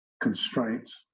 constraints